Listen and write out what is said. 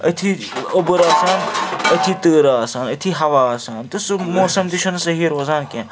أتھی اوٚبُر آسان أتھی تۭر آسان أتھی ہَوا آسان تہٕ سُہ موسَم تہِ چھُنہٕ صحیح روزان کیٚنٛہہ